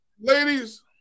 Ladies